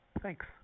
Thanks